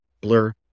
Blur